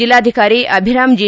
ಜಿಲ್ಲಾಧಿಕಾರಿ ಅಭಿರಾಮ್ ಜಿ